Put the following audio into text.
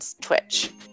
Twitch